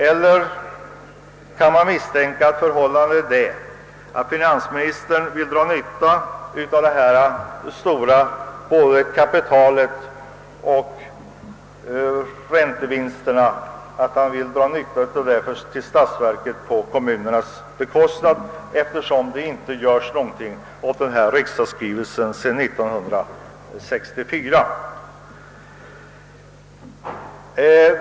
Eller kan man misstänka att finansministern vill dra nytta av dessa stora kapitaloch räntevinster för statsverket på kommunernas bekostnad, eftersom det inte görs någonting åt riksdagsskrivelsen från 1964?